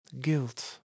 guilt